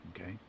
Okay